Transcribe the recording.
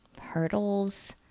hurdles